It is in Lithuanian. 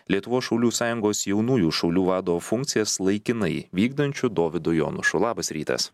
lietuvos šaulių sąjungos jaunųjų šaulių vado funkcijas laikinai vykdančiu dovydu jonušu labas rytas